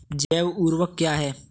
जैव ऊर्वक क्या है?